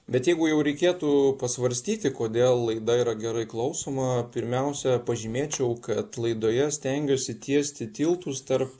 bet jeigu jau reikėtų pasvarstyti kodėl laida yra gerai klausoma pirmiausia pažymėčiau kad laidoje stengiuosi tiesti tiltus tarp